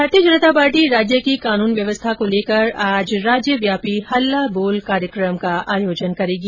भारतीय जनता पार्टी राज्य की कानून व्यवस्था को लेकर आज राज्यव्यापी हल्लाबोल कार्यक्रम का आयोजन करेगी